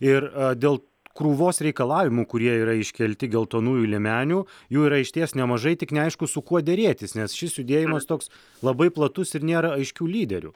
ir dėl krūvos reikalavimų kurie yra iškelti geltonųjų liemenių jų yra išties nemažai tik neaišku su kuo derėtis nes šis judėjimas toks labai platus ir nėra aiškių lyderių